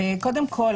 קודם כל,